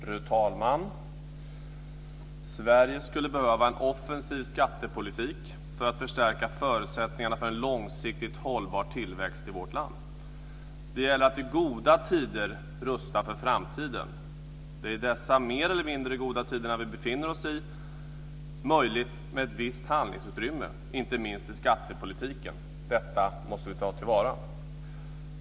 Fru talman! Sverige skulle behöva en offensiv skattepolitik för att förstärka förutsättningarna för en långsiktigt hållbar tillväxt i vårt land. Det gäller att i goda tider rusta för framtiden. Det ger i dessa mer eller mindre goda tider möjlighet till ett visst handlingsutrymme, inte minst i skattepolitiken. Detta måste vi ta till vara.